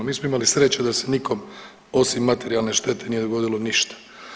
Mi smo imali sreće da se nikom osim materijalne štete nije dogodilo ništa.